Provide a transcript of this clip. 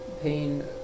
pain